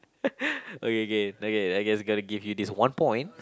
okay K okay I guess I'm gonna give you this one point